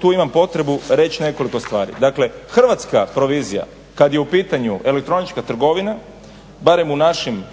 tu imam potrebu reći nekoliko stvari. Dakle Hrvatska provizija kad je u pitanju elektronička trgovina barem u našim